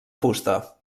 fusta